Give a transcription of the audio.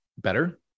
better